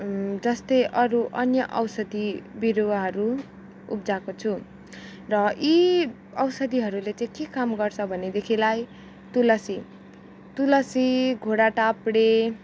जस्तै अरू अन्य औषधी बिरुवाहरू उब्जाएको छु र यी औषधीहरूले चाहिँ के काम गर्छ भनेदेखिलाई तुलसी तुलसी घोडा टाप्डे